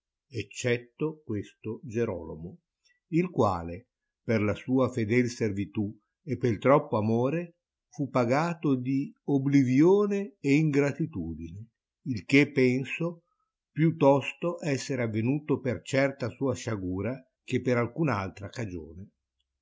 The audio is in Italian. eccetto questo gierolomo il quale per la sua fedel servitù e pel troppo amore fu pagato di oblivione e ingratitudine il che penso più tosto essere avvenuto per certa sua sciagura che per alcun altra cagione